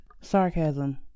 sarcasm